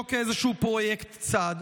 ולא כאיזשהו פרויקט צד,